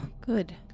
good